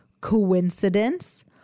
coincidence